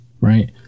right